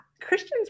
Christians